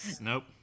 nope